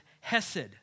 hesed